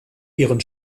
ihren